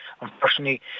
unfortunately